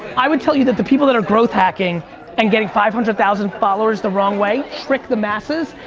i would tell you that the people that are growth hacking and getting five hundred thousand followers the wrong way, trick the masses,